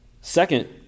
Second